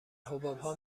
حبابها